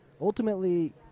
ultimately